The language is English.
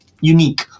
unique